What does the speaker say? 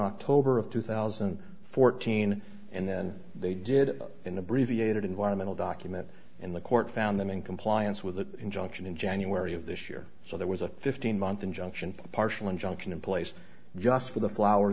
october of two thousand and fourteen and then they did an abbreviated environmental document in the court found them in compliance with the injunction in january of this year so there was a fifteen month injunction for a partial injunction in place just for the flower